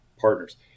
Partners